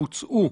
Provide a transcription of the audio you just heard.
בוצעו.